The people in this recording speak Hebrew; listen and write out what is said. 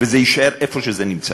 וזה יישאר איפה שזה נמצא,